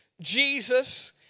Jesus